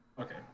Okay